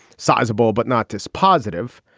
sizable, but not dispositive.